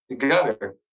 together